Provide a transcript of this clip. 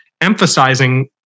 emphasizing